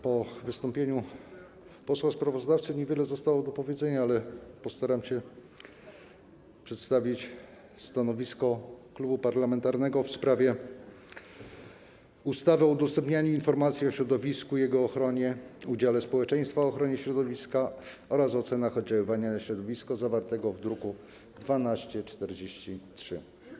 Po wystąpieniu posła sprawozdawcy niewiele zostało do powiedzenia, ale postaram się przedstawić stanowisko klubu parlamentarnego w sprawie projektu ustawy o zmianie ustawy o udostępnianiu informacji o środowisku i jego ochronie, udziale społeczeństwa w ochronie środowiska oraz o ocenach oddziaływania na środowisko, zawartego w druku nr 1243.